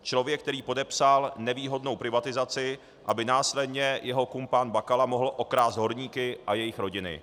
Člověk, který podepsal nevýhodnou privatizaci, aby následně jeho kumpán Bakala mohl okrást horníky a jejich rodiny.